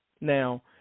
now